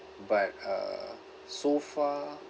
but uh so far